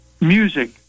Music